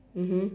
mmhmm